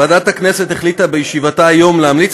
ועדת הכנסת החליטה בישיבתה היום להמליץ